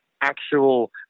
actual